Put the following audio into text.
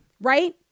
Right